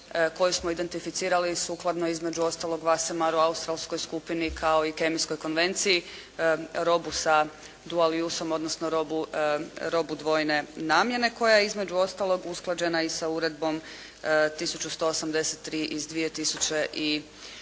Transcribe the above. koju smo identificirali sukladno između ostalog …/Govornik se ne razumije./… australskoj skupini kao i kemijskoj konvenciji robu sa …/Govornik se ne razumije./… odnosno robu dvojne namjene koja je između ostaloga usklađena i sa uredbom 1183. iz 2007.